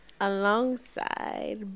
Alongside